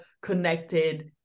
connected